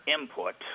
input